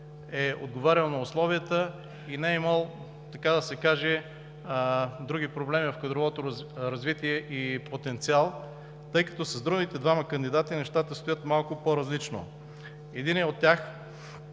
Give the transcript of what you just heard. Отговарял е на условията и не е имал така да се каже други проблеми в кадровото развитие и потенциал, тъй като с другите двама кандидати нещата стоят малко по-различно. Единият от тях